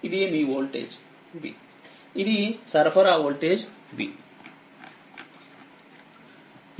ఇది మీ వోల్టేజ్ vఇది సరఫరా వోల్టేజ్ v